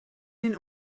den